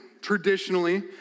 traditionally